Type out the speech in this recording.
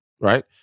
right